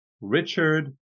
Richard